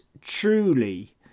truly